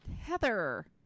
Heather